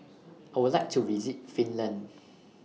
I Would like to visit Finland